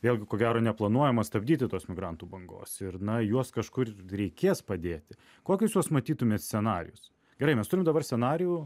vėlgi ko gero neplanuojama stabdyti tos migrantų bangos ir na juos kažkur reikės padėti kokius jūs matytumėt scenarijus gerai mes turim dabar scenarijų